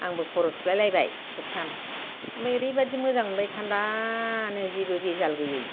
आंबो खर' सुलायलायबाय खेबथाम ओमफ्राय ओरैबायदि मोजां मोनबाय थान्दानो जेबो बेजाल गैयै